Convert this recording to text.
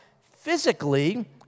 physically